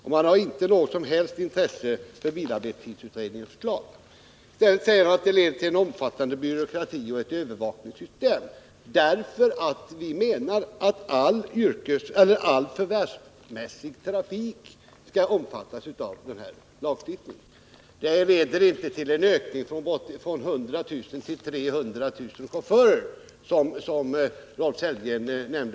Man har heller inte något som helst intresse för bilarbetstidsutredningens förslag. Det skulle leda till en omfattande byråkrati och ett övervakningssystem, om man som vi förordar skulle låta all yrkesmässig trafik omfattas av denna lagstiftning. Men det är inte fråga om någon ökning från 100 000 till 300 000 chaufförer, som Rolf Sellgren angav.